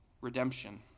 redemption